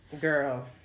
Girl